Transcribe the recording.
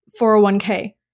401k